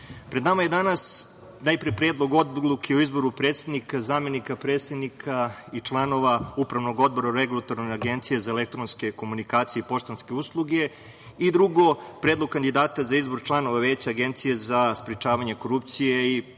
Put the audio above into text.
pred nama je danas najpre Predlog Odluke o izboru predsednika, zamenika predsednika i članova Upravnog odbora Regulatorne agencije za elektronske komunikacije i poštanske usluge i drugo, Predlog kandidata za izbor članova veća Agencije za sprečavanje korupcije.